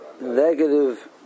negative